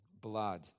blood